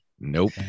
Nope